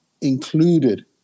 included